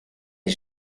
est